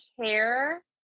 care